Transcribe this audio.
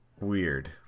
weird